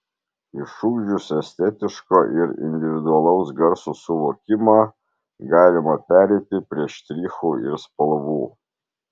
išugdžius estetiško ir individualaus garso suvokimą galima pereiti prie štrichų ir spalvų